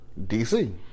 DC